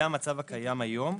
זה המצב הקיים כיום.